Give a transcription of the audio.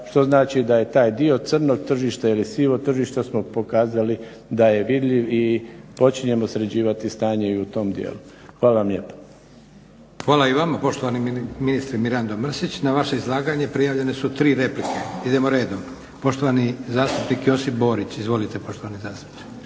što znači da je taj dio crnog tržišta ili sivog tržišta smo pokazali da je vidljiv i počinjemo sređivati stanje i u tom dijelu. Hvala vam lijepo. **Leko, Josip (SDP)** Hvala i vama poštovani ministre Mirando Mrsić. Na vaše izlaganje prijavljene su 3 replike. Idemo redom. Poštovani zastupnik Josip Borić. Izvolite poštovani zastupniče.